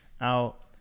out